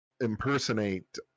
impersonate